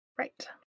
Right